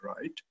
right